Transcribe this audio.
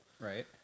Right